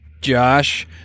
Josh